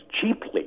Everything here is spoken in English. cheaply